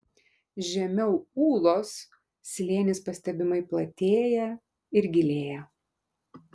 žemiau ūlos slėnis pastebimai platėja ir gilėja